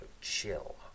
chill